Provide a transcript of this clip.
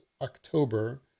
October